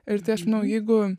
ir tai aš manau jeigu